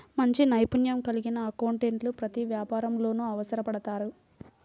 మంచి నైపుణ్యం కలిగిన అకౌంటెంట్లు ప్రతి వ్యాపారంలోనూ అవసరపడతారు